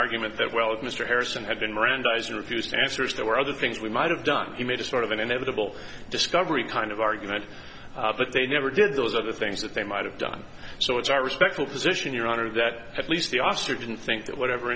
argument that well if mr harrison had been mirandized and refused answers there were other things we might have done he made a sort of an inevitable discovery kind of argument but they never did those other things that they might have done so it's our respectful position your honor that at least the officer didn't think that whatever